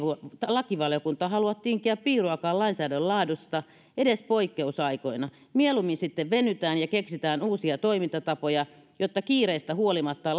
lakivaliokunta halua tinkiä piiruakaan lainsäädännön laadusta edes näin poikkeusaikoina mieluummin sitten venytään ja keksitään uusia toimintatapoja jotta kiireestä huolimatta